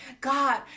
God